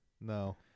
No